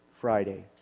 Friday